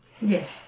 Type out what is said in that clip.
Yes